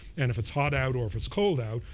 and if it's hot out or if it's cold out,